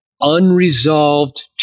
unresolved